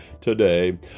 today